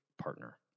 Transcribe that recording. partner